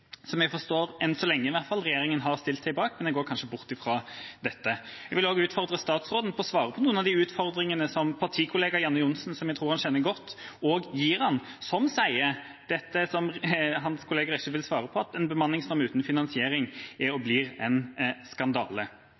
som jeg forstår regjeringa – enn så lenge i hvert fall – har stilt seg bak. Men en går kanskje bort fra det. Jeg vil også utfordre statsråden til å svare på noen av de utfordringene som partikollega Janne Johnsen, som jeg tror han kjenner godt, også gir ham, når hun sier dette som hans kolleger ikke vil svare på, at en bemanningsnorm uten finansiering er og blir en skandale.